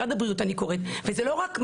זה לא רק,